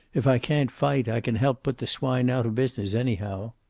if i can't fight, i can help put the swine out of business, anyhow.